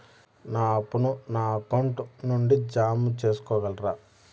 నా అప్పును నా అకౌంట్ నుండి జామ సేసుకోగలరా?